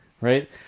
Right